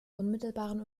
unmittelbaren